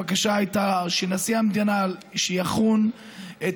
הבקשה הייתה שנשיא המדינה יחון את